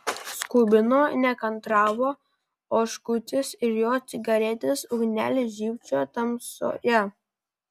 skubino nekantravo oškutis ir jo cigaretės ugnelė žybčiojo tamsoje